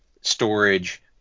storage